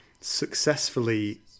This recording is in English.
successfully